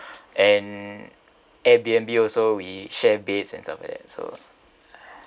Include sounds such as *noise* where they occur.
*breath* and airbnb also we share beds and stuff like that so